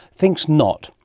thinks not,